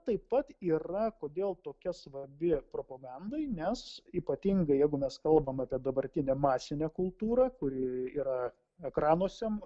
taip pat yra kodėl tokia svarbi propagandai nes ypatingai jeigu mes kalbam apie dabartinę masinę kultūrą kuri yra ekranuose